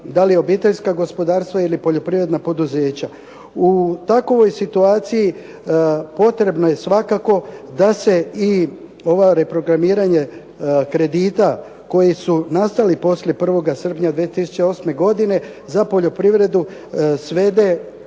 da li obiteljska gospodarstva ili poljoprivredna poduzeća. U takovoj situaciji potrebno je svakako da se i ova reprogramiranje kredita koji su nastali poslije 1. srpnja 2008. godine za poljoprivredu svede